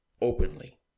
openly